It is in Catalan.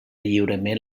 lliurement